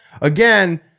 again